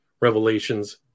revelations